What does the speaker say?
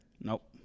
Nope